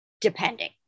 depending